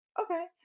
Okay